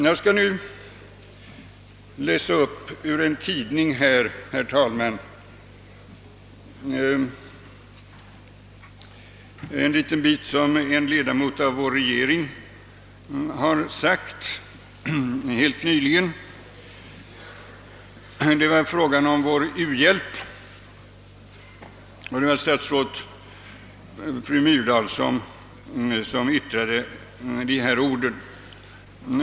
Jag skall nu, herr talman, ur en tidning läsa upp ett litet stycke av vad en ledamot av vår regering har sagt helt nyligen. Det gällde vår u-hjälp, och det var statsrådet fru Myrdal som yttrade dessa ord.